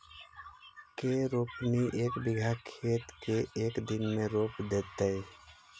के रोपनी एक बिघा खेत के एक दिन में रोप देतै?